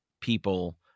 people